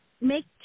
make